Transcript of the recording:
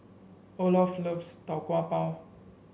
Olof loves Tau Kwa Pau